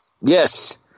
Yes